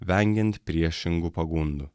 vengiant priešingų pagundų